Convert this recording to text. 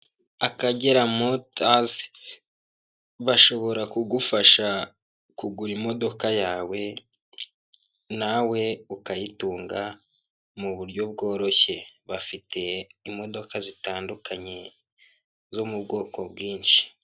Akagera motasi bashobora kugufasha kugura imodoka yawe nawe ukayitunga mu buryo bworoshye, bafite imodoka zitandukanye zo mu bwoko bwinshi.